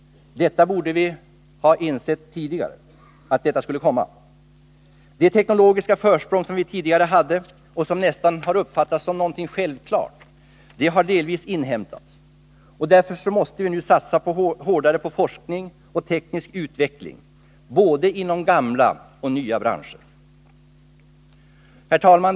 Vi borde tidigare ha insett att detta skulle komma. Det teknologiska försprång som vi hade förut, och som nästan uppfattats som självklart, har delvis inhämtats. Därför måste vi nu satsa hårdare på forskning och teknisk utveckling inom både gamla och nya branscher. Herr talman!